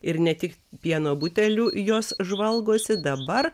ir ne tik pieno butelių jos žvalgosi dabar